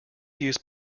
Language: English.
use